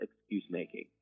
excuse-making